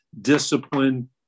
Discipline